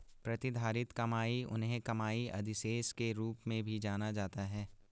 प्रतिधारित कमाई उन्हें कमाई अधिशेष के रूप में भी जाना जाता है